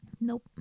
Nope